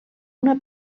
una